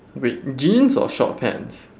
wait jeans or short pants